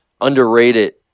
underrated